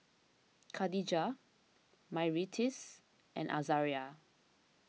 Kadijah Myrtis and Azaria